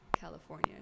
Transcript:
California